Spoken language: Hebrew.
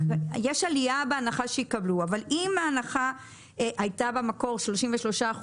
אבל אם ההנחה הייתה במקור 33%,